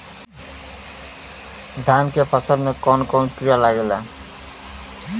धान के फसल मे कवन कवन कीड़ा लागेला?